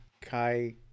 Kai